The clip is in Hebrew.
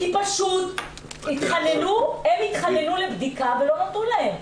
כי פשוט הם התחננו לבדיקה ולא נתנו להם.